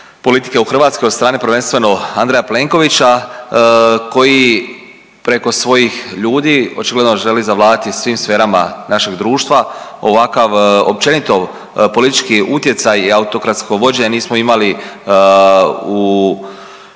politike u Hrvatskoj od strane prvenstveno Andreja Plenkovića koji preko svojih ljudi očigledno želi zavladati svim sferama našeg društva Ovakav općenito politički utjecaj i autokratsko vođenje nismo imali u ja